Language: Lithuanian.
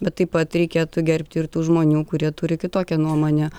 bet taip pat reikėtų gerbti ir tų žmonių kurie turi kitokią nuomonę